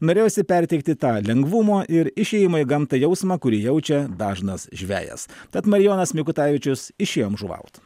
norėjosi perteikti tą lengvumo ir išėjimo į gamtą jausmą kurį jaučia dažnas žvejas tad marijonas mikutavičius išėjom žuvaut